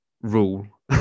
rule